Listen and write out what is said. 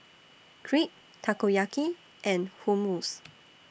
Crepe Takoyaki and Hummus